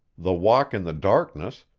the walk in the darkness,